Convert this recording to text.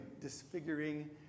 disfiguring